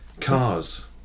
Cars